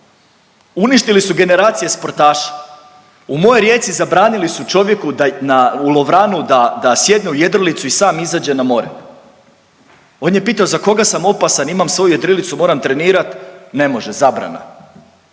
Uništili su generacije sportaša, u mojoj Rijeci zabranili su čovjeku da u Lovranu da sjedne u jedrilicu i sam izađe na more. On je pito za koga sam opasan imam svoju jedrilicu moram trenirat, ne može, zabrana.